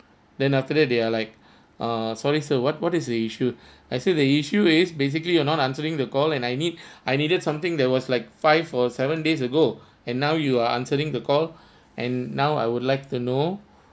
then after that they're like uh sorry sir what what is the issue I said the issue is basically you're not answering the call and I need I needed something that was like five or seven days ago and now you are answering the call and now I would like to know